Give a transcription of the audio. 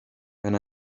when